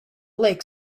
lake